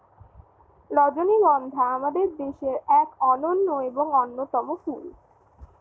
রজনীগন্ধা আমাদের দেশের এক অনন্য এবং অন্যতম ফুল